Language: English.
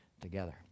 together